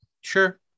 sure